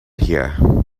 here